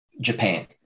Japan